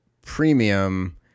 premium